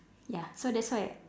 ya so that's why